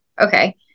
okay